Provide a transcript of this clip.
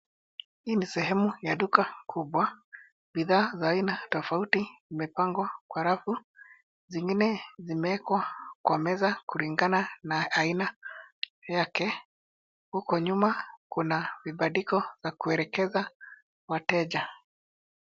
Hii ni sehemu ya duka kubwa. Bidhaa za aina tofauti zimepangwa kwa rafu. Zingine zimeekwa kwa meza kulingana na aina yake. Huko nyuma kuna vibandiko vya kuelekeza wateja.